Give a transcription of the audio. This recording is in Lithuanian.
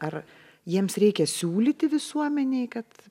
ar jiems reikia siūlyti visuomenei kad